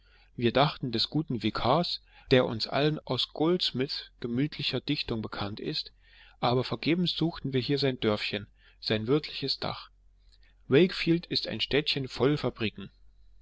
wir dachten des guten vikars der uns allen aus goldsmiths gemütlicher dichtung bekannt ist aber vergebens suchten wir hier sein dörfchen sein wirtliches dach wakefield ist ein städtchen voll fabriken